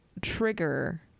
trigger